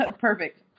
Perfect